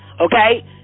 Okay